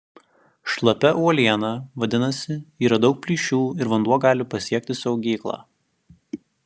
šlapia uoliena vadinasi yra daug plyšių ir vanduo gali pasiekti saugyklą